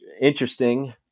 interesting